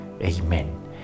Amen